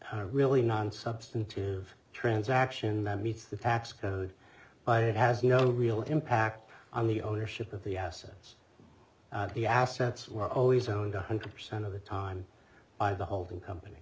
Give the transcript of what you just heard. technical really non substantive transaction that meets the tax code but it has no real impact on the ownership of the assets the assets were always owned a hundred percent of the time of the holding company